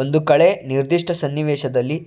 ಒಂದು ಕಳೆ ನಿರ್ದಿಷ್ಟ ಸನ್ನಿವೇಶದಲ್ಲಿ